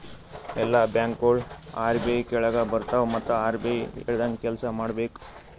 ಎಲ್ಲಾ ಬ್ಯಾಂಕ್ಗೋಳು ಆರ್.ಬಿ.ಐ ಕೆಳಾಗೆ ಬರ್ತವ್ ಮತ್ ಆರ್.ಬಿ.ಐ ಹೇಳ್ದಂಗೆ ಕೆಲ್ಸಾ ಮಾಡ್ಬೇಕ್